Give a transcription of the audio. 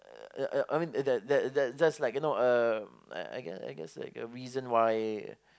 uh yeah yeah I mean that that that that's like you know a I guess I guess like a reason why